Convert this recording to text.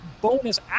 Bonus